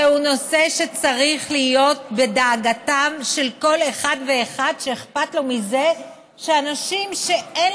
זהו נושא שצריך להיות דאגתם של כל אחד ואחד שאכפת לו מזה שאנשים שאין